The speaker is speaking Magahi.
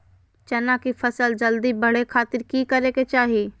चना की फसल जल्दी बड़े खातिर की करे के चाही?